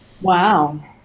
Wow